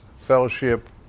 Fellowship